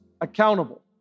accountable